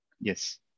Yes